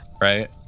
Right